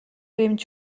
эмч